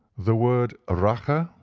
the word ah rache,